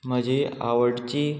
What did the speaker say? म्हजी आवडची